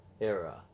era